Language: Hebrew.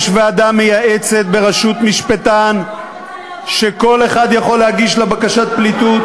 יש ועדה מייעצת בראשות משפטן שכל אחד יכול להגיש לה בקשת פליטות.